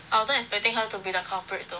I wasn't expecting her to be the culprit though